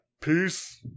Peace